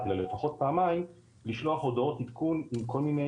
אלא לפחות פעמיים לשלוח הודעות עדכון עם כל מיני